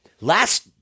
last